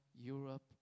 Europe